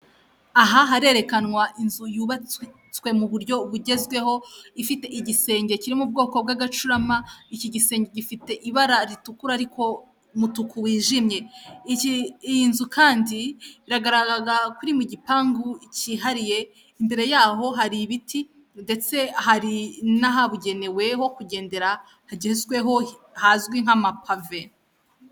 Aha harerekanwa inzu yubatswe mu buryo bugezweho, ifite igisenge kiri mu bwoko bw'agacurama, iki gisenge gifite ibara ritukura ariko umutuku wijimye. Iyi nzu kandi iragaragara kuri mu gipangu kihariye, imbere yaho hari ibiti ndetse hari n'ahabugenewe ho kugendera hagezweho hazwi nk'amapave.